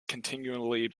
continually